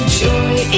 Joy